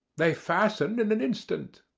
they fasten in an instant.